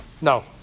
No